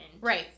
Right